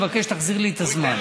אני מבקש שתחזיר לי את הזמן.